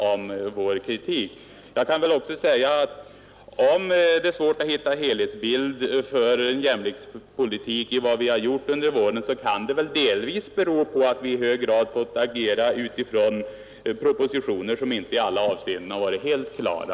Och om det som statsrådet Moberg påstår är svårt att hitta en helhetsbild för jämlikhetspolitiken i vad vi har gjort, så kan det väl delvis bero på att vi i hög grad fått agera utifrån propositioner som inte i alla avseenden har varit helt klara.